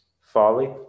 folly